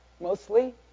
mostly